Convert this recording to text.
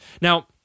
Now